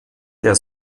der